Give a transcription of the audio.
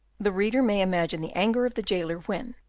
the reader may imagine the anger of the jailer when,